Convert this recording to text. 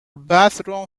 bathroom